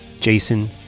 Jason